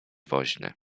woźny